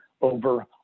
over